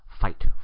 Fight